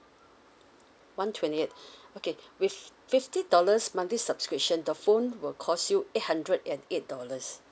one twenty eight okay with fifty dollars monthly subscription the phone will cost you eight hundred and eight dollars